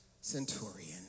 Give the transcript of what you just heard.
centurion